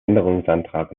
änderungsantrag